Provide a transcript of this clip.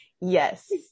yes